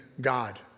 God